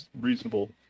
Reasonable